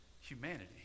humanity